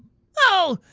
oh!